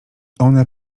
one